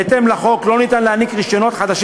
בהתאם לחוק אין אפשרות לתת רישיונות חדשים